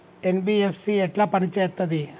NBFC ఎట్ల పని చేత్తది?